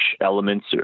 elements